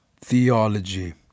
theology